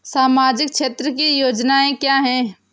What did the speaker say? सामाजिक क्षेत्र की योजनाएँ क्या हैं?